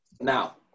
Now